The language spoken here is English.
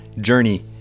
journey